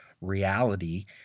reality